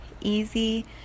Easy